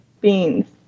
beans